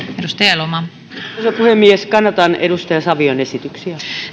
arvoisa puhemies kannatan edustaja savion esityksiä